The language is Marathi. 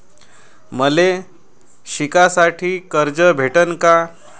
मले शिकासाठी कर्ज भेटन का?